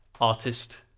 artist